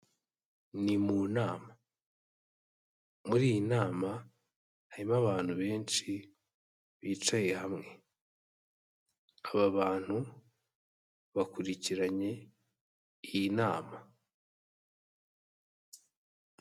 Ni mu nama, muri iyi nama harimo abantu benshi bicaye hamwe, aba bantu bakurikiranye iyi nama.